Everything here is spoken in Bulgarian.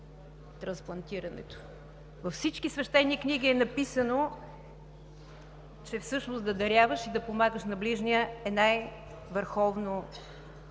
трансплантирането. Във всички свещени книги е написано, че всъщност да даряваш и да помагаш на ближния е най-върховна